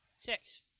Six